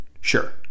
sure